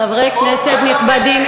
חברי כנסת נכבדים,